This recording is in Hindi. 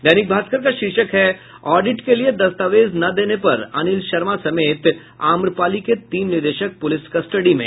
दैनिक भास्कर का शीर्षक है ऑडिट के लिये दस्तावेज न देने पर अनिल शर्मा समेत आम्रपाली के तीन निदेशक पुलिस कस्टडी में